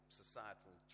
societal